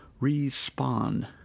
respawn